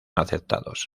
aceptados